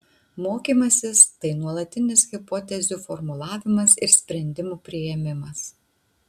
mokymasis tai nuolatinis hipotezių formulavimas ir sprendimų priėmimas